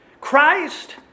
Christ